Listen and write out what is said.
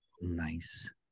Nice